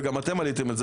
וגם אתם מניתם את זה,